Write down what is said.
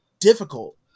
difficult